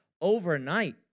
overnight